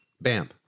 Bam